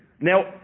Now